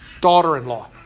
daughter-in-law